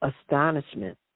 astonishment